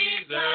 Jesus